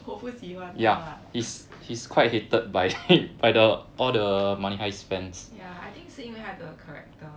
我不喜欢他 ya I think 是因为他的 character